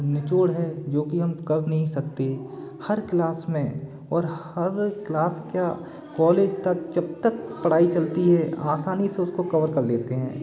निचोड़ है जो कि हम कर नहीं सकते हर क्लास में और हर क्लास क्या कॉलेज तक जब तक पढ़ाई चलती है आसानी से उसको कवर कर लेते हैं